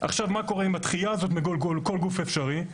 מה קורה עם הדחייה הזו מכל גוף אפשרי,